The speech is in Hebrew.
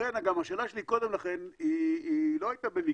לכן גם השאלה שלי קודם לכן היא לא הייתה במקרה,